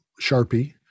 Sharpie